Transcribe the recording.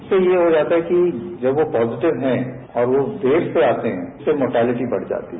उससे ये हो जाता है कि जब वो पॉजिटिव हैं और देर से आते हैं तो उससे मोर्टेलिटी बढ़ जाती है